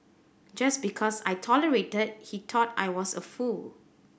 just because I tolerated he thought I was a fool